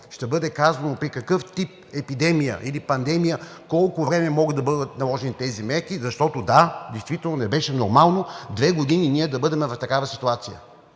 ще бъде казвано при какъв тип епидемия или пандемия за колко време могат да бъдат наложени тези мерки, защото, да, действително не беше нормално две години да бъдем в такава ситуация.